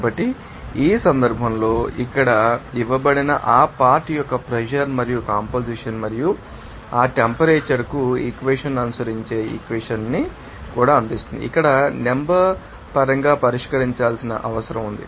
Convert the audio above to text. కాబట్టి ఈ సందర్భంలో కూడా ఇక్కడ నాకు ఇవ్వబడిన ఆ పార్ట్ యొక్క ప్రెషర్ మరియు కంపొజిషన్ మరియు ఆ టెంపరేచర్ కు ఈక్వేషన్ ాన్ని అనుసరించే ఈక్వేషన్ ాన్ని కూడా అందిస్తుంది ఇక్కడ నెంబర్ ాపరంగా పరిష్కరించాల్సిన అవసరం ఉంది